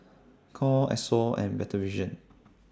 Knorr Esso and Better Vision